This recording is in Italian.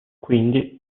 quindi